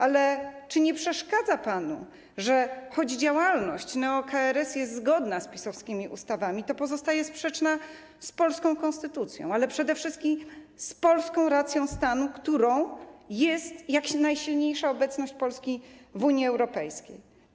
Ale czy nie przeszkadza panu, że choć działalność neo-KRS jest zgodna z PiS-owskimi ustawami, to pozostaje sprzeczna z polską konstytucją, a przede wszystkim z polską racją stanu, którą jest jak najsilniejsza obecność Polski w Unii Europejskiej?